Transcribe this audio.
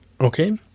Okay